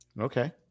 Okay